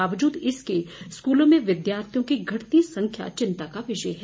बावजूद इसके स्कूलों में विद्यार्थियों की घटती संख्या चिंता का विषय है